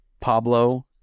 Pablo